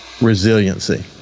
resiliency